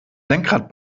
lenkrad